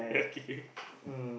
okay